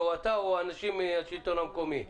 אתה או אנשים אחרים מהשלטון המקומי.